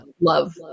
love